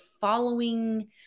following